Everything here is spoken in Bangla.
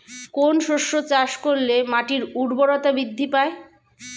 কোন শস্য চাষ করলে মাটির উর্বরতা বৃদ্ধি পায়?